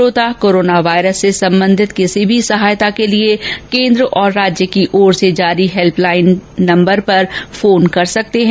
श्रोता corona virus से संबंधित किसी भी सहायता के लिए केन्द्र और राज्य की ओर से जारी हेल्प लाइन नम्बर पर फोन कर सकते हैं